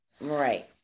Right